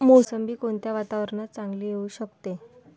मोसंबी कोणत्या वातावरणात चांगली येऊ शकते?